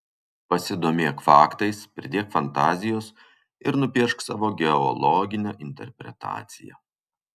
pasidomėk faktais pridėk fantazijos ir nupiešk savo geologinę interpretaciją